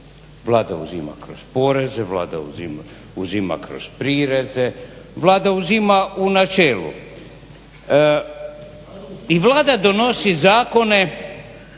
Vlada uzima kroz poreze, Vlada uzima kroz prireze, Vlada uzima u načelu i Vlada donosi zakone